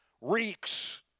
reeks